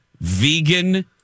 vegan